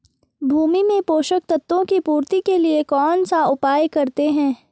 भूमि में पोषक तत्वों की पूर्ति के लिए कौनसा उपाय करते हैं?